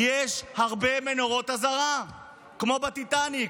יש הרבה נורות אזהרה כמו בטיטניק,